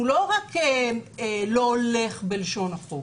הוא לא רק לא הולך בלשון החוק,